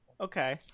okay